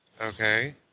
Okay